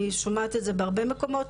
אני שומעת את זה בהרבה מקומות,